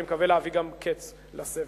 אני מקווה להביא גם קץ לסבל.